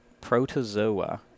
protozoa